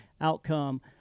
outcome